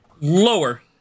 Lower